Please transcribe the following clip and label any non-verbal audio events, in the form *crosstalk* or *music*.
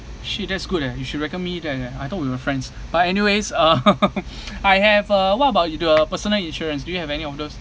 shit that's good eh you should there there I thought we were friends but anyways uh *laughs* I have uh what about you do a personal insurance do you have any of those